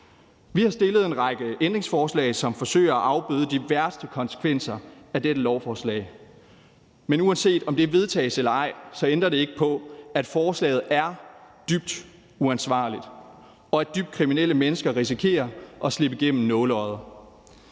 Vi har stillet en række ændringsforslag, som forsøger at afbøde de værste konsekvenser af dette lovforslag. Men uanset om det vedtages eller ej, ændrer det ikke på, at forslaget er dybt uansvarligt, og at dybt kriminelle mennesker risikerer at slippe igennem nåleøjet.